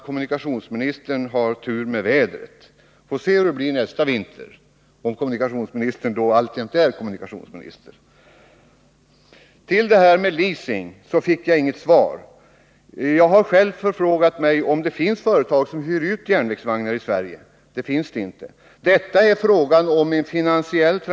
Kommunikationsministern har tur med vädret, men låt oss se hur det blir nästa vinter, om kommunikationsministern då fortfarande är kommunikationsminister. På frågan om leasingförfarandet fick jag inget svar. Jag har själv gjort förfrågningar om huruvida det finns företag som hyr ut järnvägsvagnar i Sverige, och jag har fått beskedet att så inte är fallet.